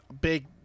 big